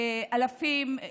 אלפים,